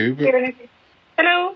Hello